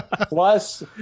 Plus